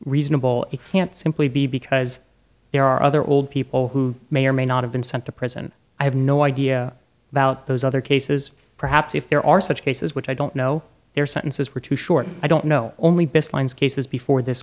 reasonable can't simply be because there are other old people who may or may not have been sent to prison i have no idea about those other cases perhaps if there are such cases which i don't know their sentences were too short i don't know only baselines cases before this